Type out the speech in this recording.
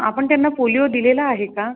आपण त्यांना पोलियो दिलेला आहे का